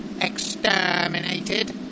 exterminated